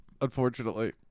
Unfortunately